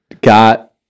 got